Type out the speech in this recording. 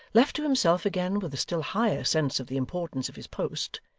left to himself again with a still higher sense of the importance of his post,